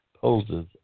poses